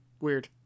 Weird